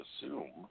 assume